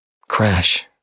Crash